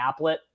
applet